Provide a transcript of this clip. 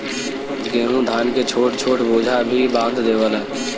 गेंहू धान के छोट छोट बोझा भी बांध देवला